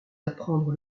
apprendre